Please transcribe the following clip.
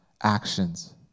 actions